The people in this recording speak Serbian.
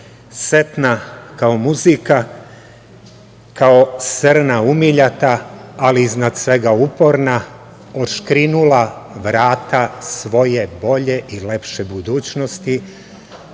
setna kao muzika, kao srna umiljata, ali iznad svega uporna otškrinula vrata svoje bolje i lepše budućnosti,